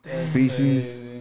species